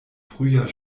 frühjahr